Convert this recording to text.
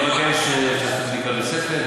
אני אבקש שיעשו בדיקה נוספת,